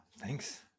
thanks